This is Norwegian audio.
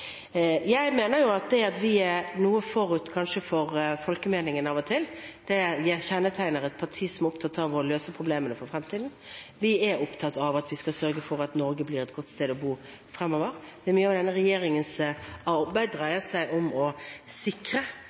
Jeg mener at det at vi er noe forut for folkemeningen av og til, kjennetegner et parti som er opptatt av å løse problemene for fremtiden. Vi er opptatt av at vi skal sørge for at Norge blir et godt sted å bo fremover. Mye av denne regjeringens arbeid dreier seg om å sikre